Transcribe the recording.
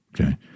okay